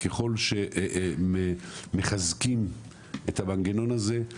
ככל שמחזקים את המנגנון הזה,